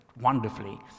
wonderfully